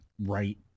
right